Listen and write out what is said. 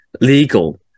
legal